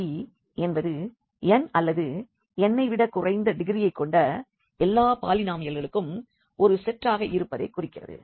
Pnஎன்பது n அல்லது n ஐ விட குறைந்த டிகிரீயைக் கொண்ட எல்லா பாலினாமியல்களுக்கும் ஒரு செட்டாக இருப்பதைக் குறிக்கிறது